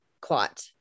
clot